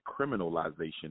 criminalization